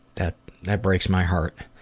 that that breaks my heart.